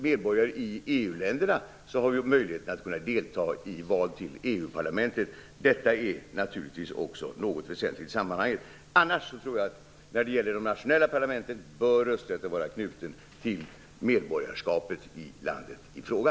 Medborgare i EU-länderna har också möjlighet att delta i val till EU-parlamentet, vilket också är något väsentligt i sammanhanget. Men jag tror att rösträtten till de nationella parlamenten bör vara knuten till medborgarskap i landet i fråga.